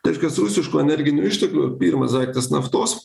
tai reiškias rusiškų energinių išteklių pirmas daiktas naftos